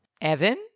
Evan